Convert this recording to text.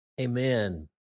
Amen